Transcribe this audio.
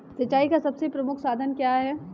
सिंचाई का सबसे प्रमुख साधन क्या है?